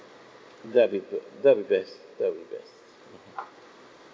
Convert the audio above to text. that'll be be~ that'll be best that'll be best mmhmm